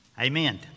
Amen